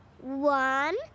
One